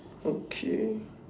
okay